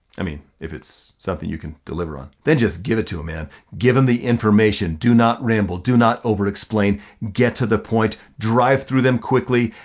i mean if it's something you can deliver on, then just give it to them, man. give them the information. do not ramble, do not overexplain. get to the point, drive through them quickly.